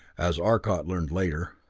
as arcot learned later.